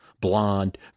blonde